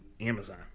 amazon